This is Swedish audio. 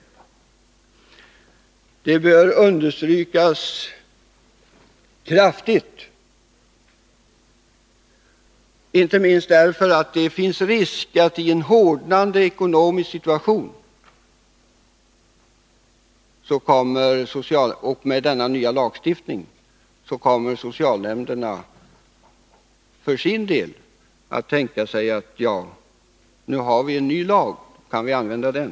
Det bör kraftigt understrykas, inte minst därför att det finns risk för att i en hårdnande ekonomisk situation och med denna nya lagstiftning socialnämnderna för sin del kommer att tänka: Vi har nu en ny lag — kan vi använda den?